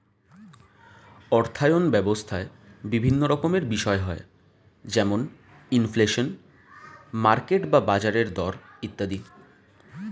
অর্থায়ন ব্যবস্থায় বিভিন্ন রকমের বিষয় হয় যেমন ইনফ্লেশন, মার্কেট বা বাজারের দর ইত্যাদি